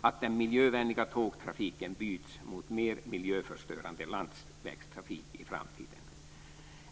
att den miljövänliga tågtrafiken byts mot mer miljöförstörande landsvägstrafik i framtiden?